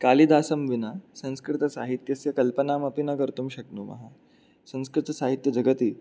कालिदासं विना संस्कृतसाहित्यस्य कल्पनामपि न कर्तुं शक्नुमः संस्कृतसाहित्यजगति